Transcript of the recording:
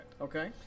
Okay